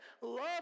love